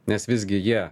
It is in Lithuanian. nes visgi jie